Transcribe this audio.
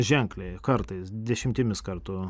ženkliai kartais dešimtimis kartų